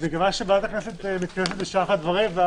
למזג העת חוק שהועברה אליה אחרי הקריאה